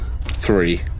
Three